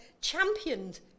championed